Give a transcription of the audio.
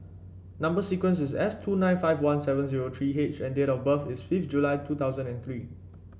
number sequence is S two nine five one seven zero three H and date of birth is fifth July two thousand and three